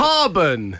Carbon